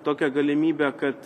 tokią galimybę kad